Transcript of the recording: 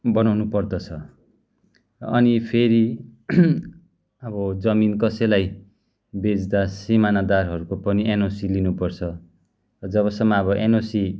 बनाउनु पर्दछ अनि फेरि अब जमिन कसैलाई बेच्दा सिमानादारहरूको पनि एनओसी लिनु पर्छ जबसम्म अब एनओसी